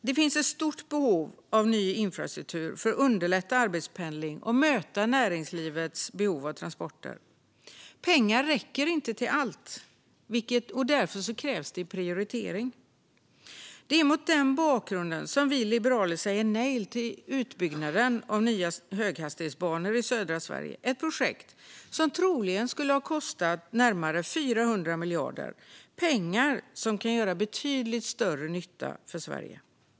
Det finns ett stort behov av ny infrastruktur för att underlätta arbetspendling och möta näringslivets behov av transporter. Pengarna räcker inte till allt, och därför krävs prioritering. Det är mot denna bakgrund som vi liberaler säger nej till utbyggnaden av nya höghastighetsbanor i södra Sverige, ett projekt som troligen skulle ha kostat närmare än 400 miljarder. Det är pengar som kan göra betydligt större nytta för Sverige.